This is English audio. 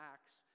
Acts